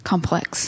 Complex